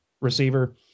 receiver